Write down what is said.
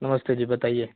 नमस्ते जी बताइए